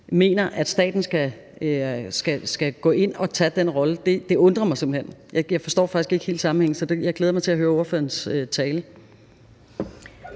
mener, at staten skal gå ind og tage den rolle, undrer mig simpelt hen. Jeg forstår faktisk ikke helt sammenhængen, så jeg glæder mig til at høre ordførerens tale.